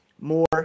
more